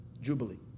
Jubilee